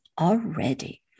already